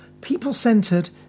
people-centred